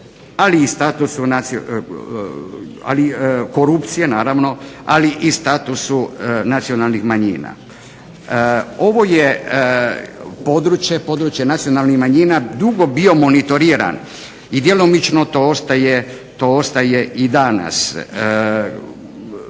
klime i korupcije naravno, ali i statusu nacionalnih manjina. Ovo je područje, područje nacionalnih manjina dugo bio monitoriran i djelomično to ostaje i danas,